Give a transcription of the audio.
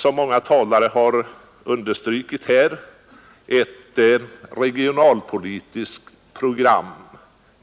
Som många talare här har understrukit får vi om några månader ett regionalpolitiskt program